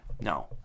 no